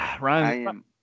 Ryan